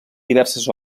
diverses